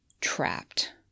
trapped